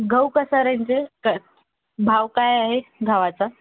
गहू कसा रेंज आहे का भाव काय आहे गव्हाचा